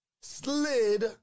slid